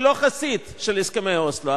אני לא חסיד של הסכמי אוסלו,